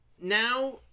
now